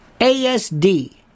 ASD